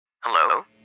Hello